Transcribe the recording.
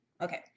Okay